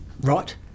right